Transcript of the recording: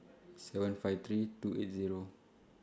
seven five three two eight Zero